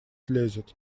лезет